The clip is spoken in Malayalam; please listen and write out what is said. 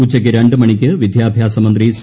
ഉച്ചയ്ക്ക് രണ്ട് മണിക്ക് ്ട് വിദ്യാഭ്യാസമന്ത്രി സി